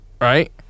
right